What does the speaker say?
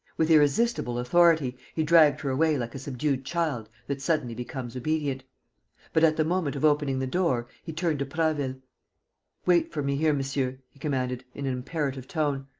with irresistible authority, he dragged her away like a subdued child that suddenly becomes obedient but, at the moment of opening the door, he turned to prasville wait for me here, monsieur, he commanded, in an imperative tone.